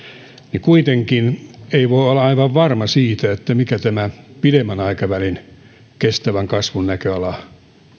niin kuitenkaan ei voi olla aivan varma siitä mikä pidemmän aikavälin kestävän kasvun näköala